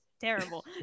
terrible